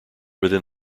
within